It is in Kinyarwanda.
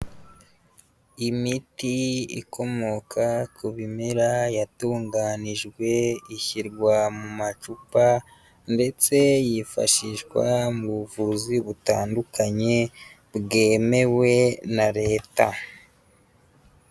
Imiti ikomoka ku bimera yatunganijwe ishyirwa mu macupa ndetse yifashishwa mu buvuzi butandukanye bwemewe na leta.